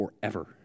forever